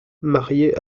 marié